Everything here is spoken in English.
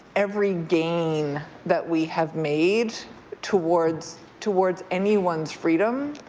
every gain that we have made towards towards anyone's freedom